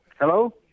Hello